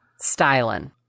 styling